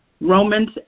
Romans